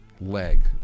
leg